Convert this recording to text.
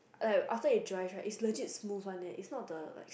like after it dry right is legit smooth one leh is not the like